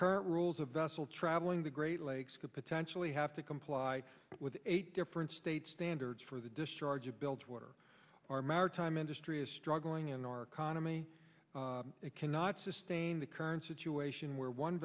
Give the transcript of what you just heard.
current rules a vessel traveling the great lakes could potentially have to comply with eight different state standards for the discharge of built water or maritime industry is struggling in our economy it cannot sustain the current situation where one